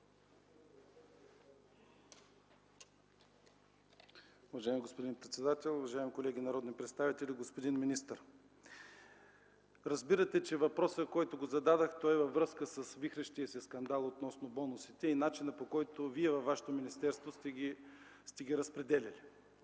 Уважаеми господин председател, уважаеми колеги народни представители, господин министър! Разбирате, че въпросът, който зададох, е във връзка с вихрещия се скандал относно бонусите и начинът, по който Вие във Вашето министерство сте ги разпределяли.